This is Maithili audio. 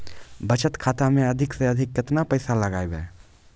बचत खाता मे अधिक से अधिक केतना पैसा लगाय ब?